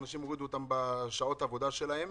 שהורידו את שעות העבודה של אנשים.